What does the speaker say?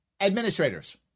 Administrators